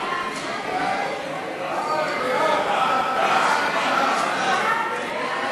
ההצעה להעביר את הצעת חוק סדר הדין הפלילי (תיקון מס' 74)